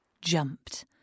jumped